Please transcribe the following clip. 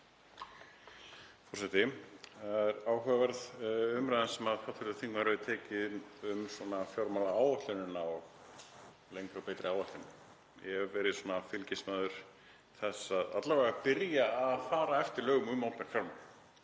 Það er áhugaverð umræðan sem hv. þingmaður hefur tekið um fjármálaáætlunina og lengri og betri áætlun. Ég hef verið fylgismaður þess að alla vega byrja á að fara eftir lögum um opinber fjármál.